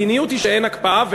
המדיניות היא שאין הקפאה,